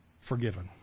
forgiven